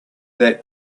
that